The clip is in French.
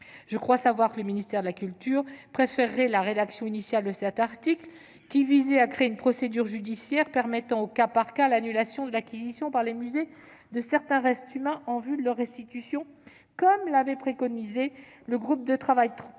Je crois savoir que le ministère de la culture préférait la rédaction initiale de cet article, qui visait à créer une procédure judiciaire permettant, au cas par cas, l'annulation de l'acquisition par les musées de certains restes humains, en vue de leur restitution, comme l'avait préconisé le groupe de travail